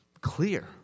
clear